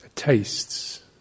tastes